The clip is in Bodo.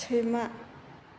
सैमा